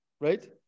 right